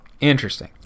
Interesting